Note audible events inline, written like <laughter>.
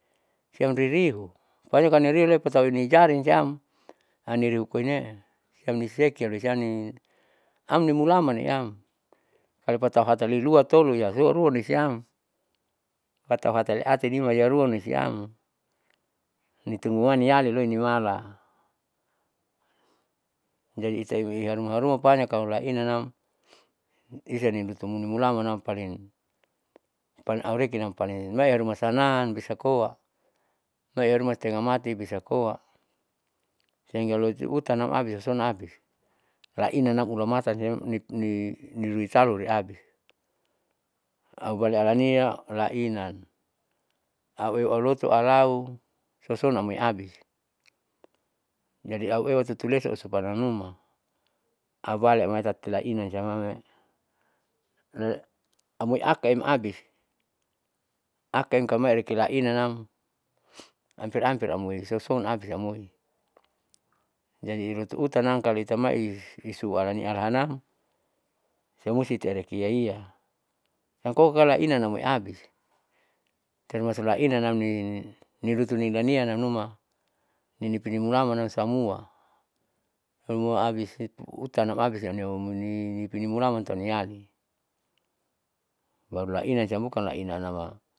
Siam ririu palinkan niriuale tauni jarin team aniru kinee siamniseki olisiam ini amnimulaman niam kaloipatau hatailua toluyaso huarounisiam tatau hataleatinima rialuan loisiam nitimuan niali loinimala, jadi itaem haruma haruma palin taunilali inanam isaninutu mulamanam paling paling aurekinam paling maiharuma sanam bisakoa loiaruma setengah mati bisa koa sehinga loitiutanam mabis makason abis, lainanam ulamatan tati niluitalu leam aubali alania lainan aueu aulotoalu soson namoi abi, jadi auewa tutulesa usupannamnuma aubali tati lainanam la amoi akaem akabis akaem kamai aireki lainanam ampir ampir amoisoson abis, jadi ilutu utanam kalo itamai isualani alahan siamusti aureki iaia namkoa lainanam amoi abisi termasuk lainanam <hesitation> nilutu linian namnuma ninipi mulalamanam samua, samua abiste utanam abis niaeu nipinimulaman tahu niali baru lainanam bukan lainam ninama.